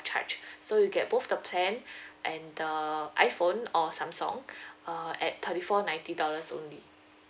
charge so you get both the plan and the iphone or samsung uh at thirty four ninety dollars only